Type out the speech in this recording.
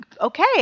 okay